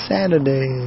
Saturday